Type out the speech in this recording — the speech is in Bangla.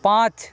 পাঁচ